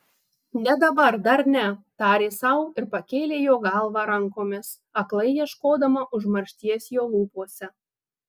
ne dabar dar ne tarė sau ir pakėlė jo galvą rankomis aklai ieškodama užmaršties jo lūpose